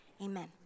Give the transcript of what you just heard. amen